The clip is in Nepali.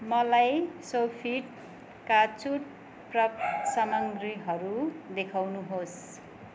मलाई सोफिटका छुट प्राप्त सामग्रीहरू देखाउनुहोस्